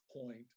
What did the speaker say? point